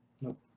Nope